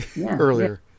Earlier